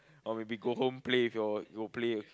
or will be go home play with your your play